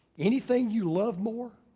anything you love more.